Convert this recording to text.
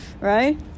Right